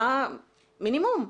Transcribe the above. מינימום.